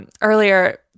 earlier